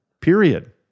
Period